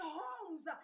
homes